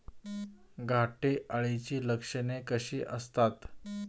घाटे अळीची लक्षणे कशी असतात?